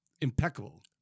impeccable